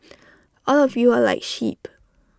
all of you are like sheep